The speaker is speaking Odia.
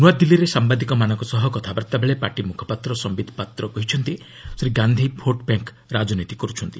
ନୂଆଦିଲ୍ଲୀରେ ସାମ୍ବାଦିକମାନଙ୍କ ସହ କଥାବାର୍ତ୍ତା କରିବାବେଳେ ପାର୍ଟି ମୁଖପାତ୍ର ସମ୍ଭିତ୍ ପାତ୍ର କହିଛନ୍ତି ଶ୍ରୀ ଗାନ୍ଧି ଭୋଟ୍ ବ୍ୟାଙ୍କ୍ ରାଜନୀତି କରୁଛନ୍ତି